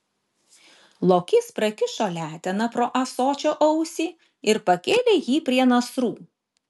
lokys prakišo leteną pro ąsočio ausį ir pakėlė jį prie nasrų